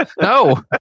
No